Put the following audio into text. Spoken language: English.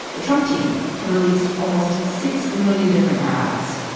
the trump team had released almost six million different ads.